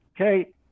Okay